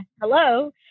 Hello